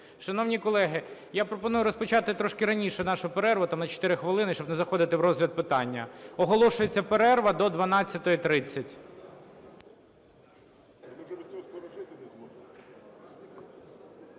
Шановні колеги, я пропоную розпочати трошки раніше нашу перерву, там на 4 хвилини, щоб не заходити в розгляд питання. Оголошується перерва до 12:30.